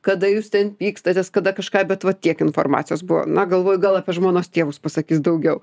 kada jūs ten pykstatės kada kažką bet vat tiek informacijos buvo na galvoju gal apie žmonos tėvus pasakys daugiau